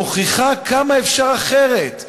מוכיחה כמה אפשר אחרת,